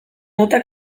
nota